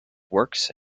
works